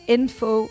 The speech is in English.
info